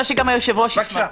אבל אני רוצה שגם היושב-ראש ישמע.